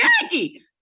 Jackie